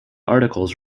articles